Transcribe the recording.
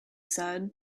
said